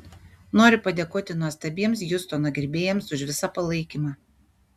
noriu padėkoti nuostabiems hjustono gerbėjams už visą palaikymą